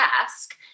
ask